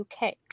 UK